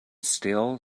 steel